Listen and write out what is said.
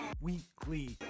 Weekly